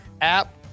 app